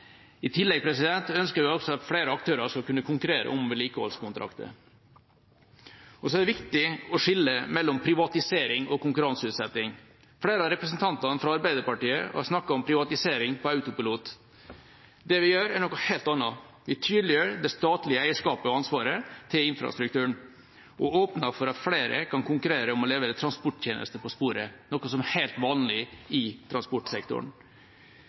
I tillegg ønsker vi også at flere aktører skal kunne konkurrere om vedlikeholdskontrakter. Så er det viktig å skille mellom privatisering og konkurranseutsetting. Flere av representantene fra Arbeiderpartiet har snakket om privatisering på autopilot. Det vi gjør, er noe helt annet. Vi tydeliggjør det statlige eierskapet og ansvaret til infrastrukturen og åpner for at flere kan konkurrere om å levere transporttjenester på sporet, noe som er helt vanlig i transportsektoren.